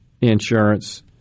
insurance